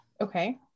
Okay